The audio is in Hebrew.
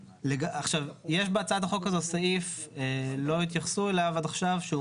יש בהצעת החוק הזאת סעיף שלא התייחסו אליו עד עכשיו שהוא